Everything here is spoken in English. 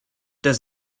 does